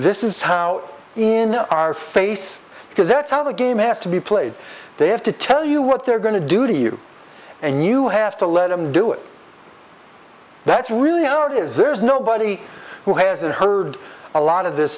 this is how in our face because that's how the game has to be played they have to tell you what they're going to do to you and you have to let them do it that's really our is there's nobody who hasn't heard a lot of this